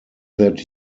that